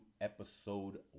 Episode